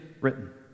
written